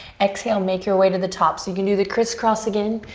exhale, make your way to the top. you can do the criss-cross again.